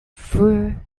through